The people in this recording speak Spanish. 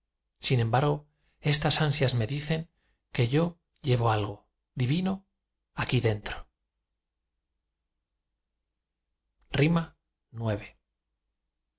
sin embargo estas ansias me dicen que yo llevo algo divino aquí dentro ix